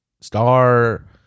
Star